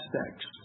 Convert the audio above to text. aspects